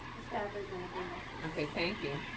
staff is in agreement. okay, thank you.